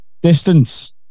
distance